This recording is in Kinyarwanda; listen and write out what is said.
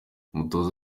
umutoza